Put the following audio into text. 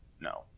no